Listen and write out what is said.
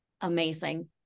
amazing